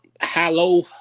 hello